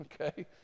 okay